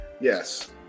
Yes